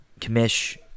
Kamish